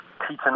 Teaching